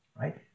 right